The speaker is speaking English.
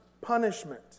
punishment